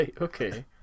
okay